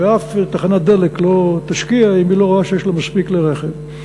ואף תחנת דלק לא תשקיע אם היא לא רואה שיש לה מספיק כלי רכב.